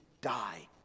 die